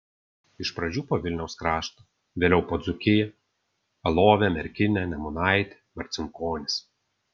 iš pradžių po vilniaus kraštą vėliau po dzūkiją alovę merkinę nemunaitį marcinkonis